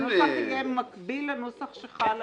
הנוסח יהיה מקביל לנוסח שיהיה